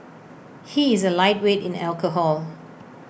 he is A lightweight in alcohol